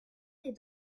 est